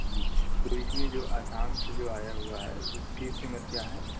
جی تو اس میں جو آسام سے جو آیا ہوا ہے اس کی قیمت کیا ہے